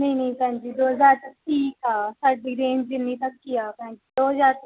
ਨਹੀਂ ਨਹੀਂ ਭੈਣ ਜੀ ਦੋ ਹਜ਼ਾਰ ਤੱਕ ਠੀਕ ਆ ਸਾਡੀ ਰੇਂਜ਼ ਇੰਨੀ ਤੱਕ ਹੀ ਆ ਭੈਣ ਦੋ ਹਜ਼ਾਰ